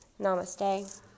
Namaste